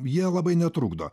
jie labai netrukdo